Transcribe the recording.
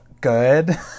good